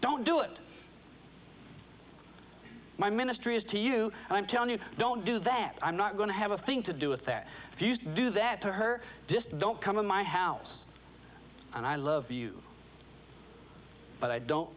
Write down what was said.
don't do it my ministry is to you i'm telling you don't do that i'm not going to have a thing to do with that if you do that to her just don't come in my house and i love you but i don't